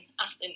Athens